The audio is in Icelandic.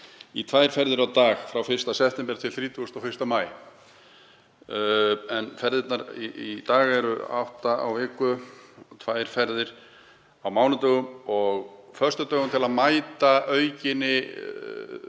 í tvær ferðir á dag frá 1. september til 31. maí. Ferðirnar í dag eru átta á viku, tvær ferðir á mánudögum og föstudögum til að mæta aukinni